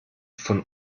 von